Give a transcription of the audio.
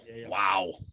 Wow